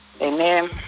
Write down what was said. Amen